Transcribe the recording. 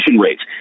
rates